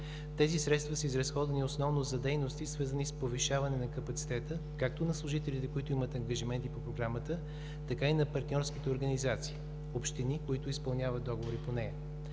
Тези средства са изразходвани основно за дейности, свързани с повишаване на капацитета както на служителите, които имат ангажименти по Програмата, така и на партньорските организации – общини, които изпълняват договори по нея.